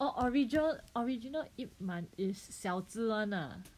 oh orgin~ original Ip Man is 小只 one lah